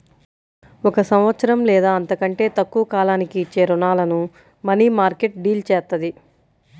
ఒక సంవత్సరం లేదా అంతకంటే తక్కువ కాలానికి ఇచ్చే రుణాలను మనీమార్కెట్ డీల్ చేత్తది